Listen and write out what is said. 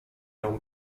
nią